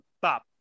bob